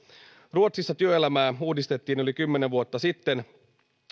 ruotsissa työelämää uudistettiin yli kymmenen vuotta sitten